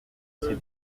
c’est